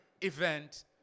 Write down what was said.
event